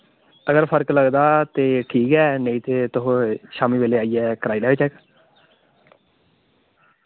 अगर फर्क लगदा ते ठीक ऐ नेईं ते तुस शाम्मी वेल्लै आइयै कराई लैयो चैक